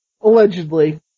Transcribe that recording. Allegedly